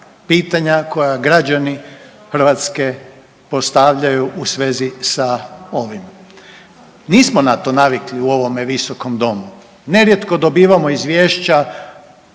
pitanja koja građani Hrvatske postavljaju u svezi sa ovim. Nismo na to navikli u ovome visokom domu. Nerijetko dobivamo izvješća